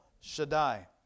shaddai